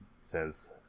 says